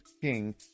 King